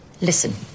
listen